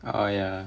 uh ya